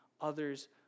others